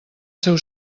seu